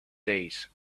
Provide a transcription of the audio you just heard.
days